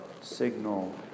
signal